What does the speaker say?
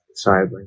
Sorry